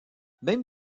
même